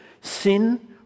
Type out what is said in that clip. Sin